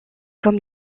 comme